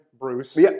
Bruce